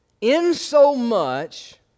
insomuch